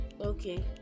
Okay